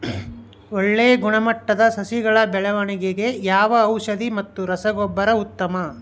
ಒಳ್ಳೆ ಗುಣಮಟ್ಟದ ಸಸಿಗಳ ಬೆಳವಣೆಗೆಗೆ ಯಾವ ಔಷಧಿ ಮತ್ತು ರಸಗೊಬ್ಬರ ಉತ್ತಮ?